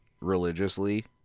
religiously